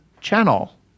channel